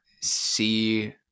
see